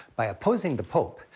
by opposing the pope,